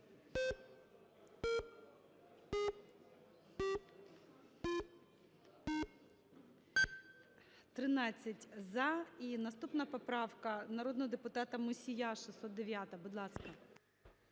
За-13 І наступна поправка народного депутата Мусія, 609-а. Будь ласка.